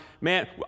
man